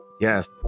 Yes